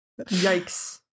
yikes